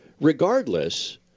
regardless